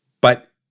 But-